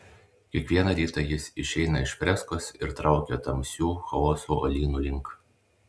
kiekvieną rytą jis išeina iš freskos ir traukia tamsių chaoso uolynų link